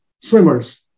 swimmers